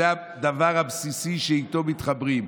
זה הדבר הבסיסי שאיתו מתחברים.